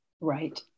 Right